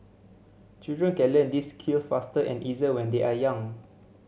children can learn these skills faster and easier when they are young